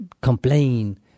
complain